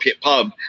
pub